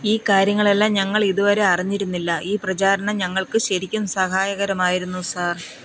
ഈ കാര്യങ്ങളെല്ലാം ഞങ്ങൾ ഇതുവരെ അറിഞ്ഞിരുന്നില്ല ഈ പ്രചാരണം ഞങ്ങൾക്ക് ശരിക്കും സഹായകരമായിരുന്നു സാർ